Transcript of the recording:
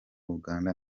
uganda